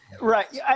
Right